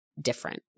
different